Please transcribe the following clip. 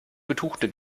betuchte